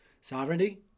Sovereignty